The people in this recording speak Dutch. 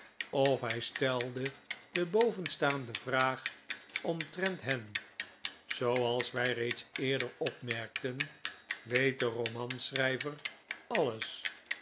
of hij stelde de bovenstaande vraag omtrent hen zooals wij reeds eerder opmerkten weet de romanschrijver alles